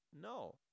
No